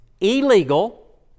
illegal